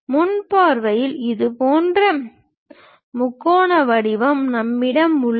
முன் பார்வையில் இதுபோன்ற முக்கோண வடிவம் நம்மிடம் உள்ளது